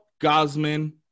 Gosman